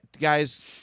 guys